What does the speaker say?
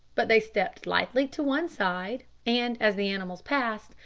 but they stepped lightly to one side, and, as the animals passed,